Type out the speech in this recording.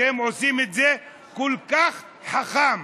אתם עושים את זה כל כך חכם.